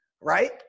right